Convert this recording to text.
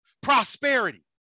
prosperity